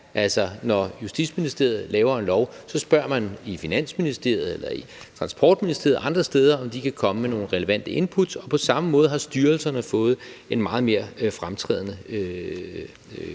Altså, når Justitsministeriet laver en lov, så spørger man i Finansministeriet eller i Transportministeriet eller andre steder, om de kan komme med nogle relevante input. Og på samme måde har styrelserne fået en meget mere fremtrædende position